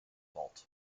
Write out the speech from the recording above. fault